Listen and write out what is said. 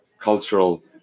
cultural